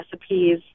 recipes